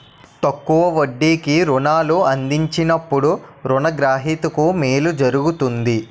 తక్కువ వడ్డీకి రుణాలు అందించినప్పుడు రుణ గ్రహీతకు మేలు జరుగుతుంది